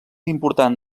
important